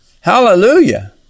Hallelujah